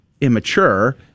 Immature